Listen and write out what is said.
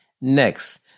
Next